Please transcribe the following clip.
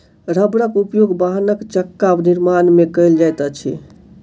रबड़क उपयोग वाहनक चक्का निर्माण में कयल जाइत अछि